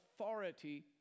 authority